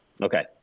Okay